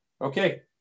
okay